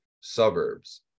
suburbs